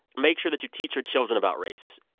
make sure that you teach your children about race.